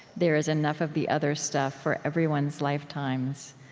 there is enough of the other stuff for everyone's lifetimes,